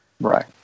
Right